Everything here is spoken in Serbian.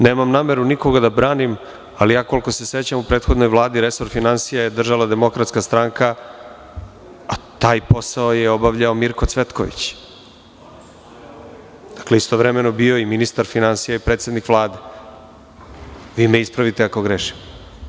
Nemam nameru nikoga da branim, ali koliko se sećam, u prethodnoj Vladi resor finansija je držala DS, a taj posao je obavljao Mirko Cvetković, bio je i ministar finansija i predsednik Vlade, vi me ispravite ako grešim.